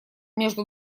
между